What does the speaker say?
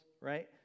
right